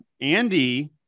Andy